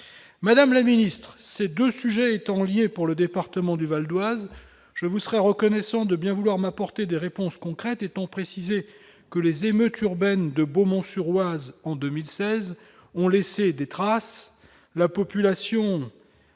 madame la Ministre, ces 2 sujets étant lié pour le département du Val-d Oise je vous serais reconnaissant de bien vouloir m'apporter des réponses concrètes, étant précisé que les émeutes urbaines de Beaumont-sur-Oise en 2016 ont laissé des traces, la population